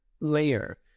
layer